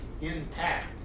intact